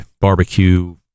barbecue